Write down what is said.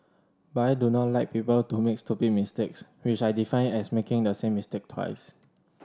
but I do not like people to make stupid mistakes which I define as making the same mistake twice